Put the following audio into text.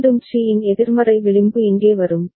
மீண்டும் சி இன் எதிர்மறை விளிம்பு இங்கே வரும்